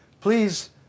please